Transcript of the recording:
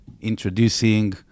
introducing